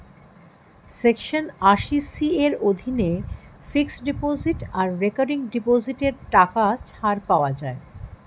section আশি C এর অধীনে ফিক্সড ডিপোজিট আর রেকারিং ডিপোজিটে টাকা ছাড় পাওয়া যায়